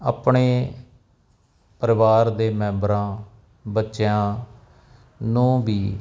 ਆਪਣੇ ਪਰਿਵਾਰ ਦੇ ਮੈਂਬਰਾਂ ਬੱਚਿਆਂ ਨੂੰ ਵੀ